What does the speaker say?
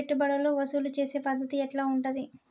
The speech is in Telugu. పెట్టుబడులు వసూలు చేసే పద్ధతి ఎట్లా ఉంటది?